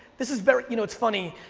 this is very, you know, it's funny,